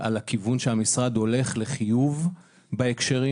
על הכיוון שהמשרד הולך לחיוב בהקשרים